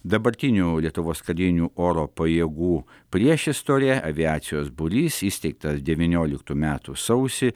dabartinių lietuvos karinių oro pajėgų priešistorė aviacijos būrys įsteigtas devynioliktų metų sausį